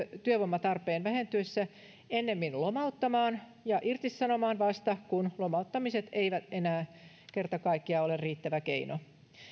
työvoimatarpeen vähentyessä ennemmin lomauttamaan ja irtisanomaan vasta kun lomauttamiset eivät enää kerta kaikkiaan ole riittävä keino